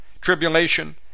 tribulation